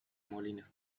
molina